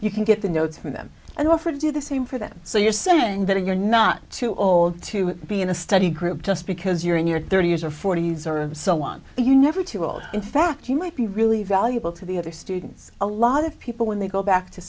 can get the notes from them and offer to do the same for them so you're saying that you're not too old to be in a study group just because you're in your thirty's or forty's or someone you never too old in fact you might be really valuable to the other students a lot of people when they go back to